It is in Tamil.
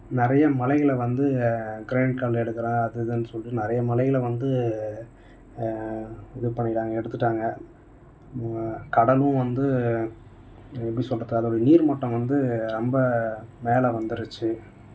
நிறைய மலைகளை வந்து க்ரெணட் கல் எடுக்கிறேன் அது இது சொல்லிகிட்டு நிறைய மலைகளை வந்து இது பண்ணிட்டாங்கள் எடுத்துட்டாங்க கடலும் வந்து எப்படி சொல்கிறது அதோடய நீர் மட்டம் வந்து ரொம்ப மேலே வந்துருச்சு